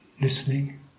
listening